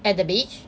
at the beach